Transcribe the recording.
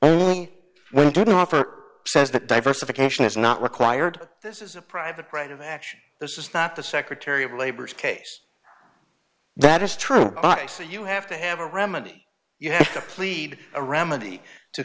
only we didn't offer says that diversification is not required this is a private right of action this is not the secretary of labor's case that is true but i say you have to have a remedy you have to plead a remedy to